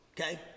okay